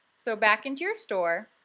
so back in to your store,